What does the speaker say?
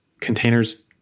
containers